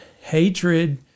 hatred